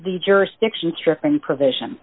the jurisdiction stripping provision